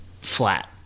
Flat